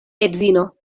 edzino